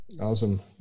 Awesome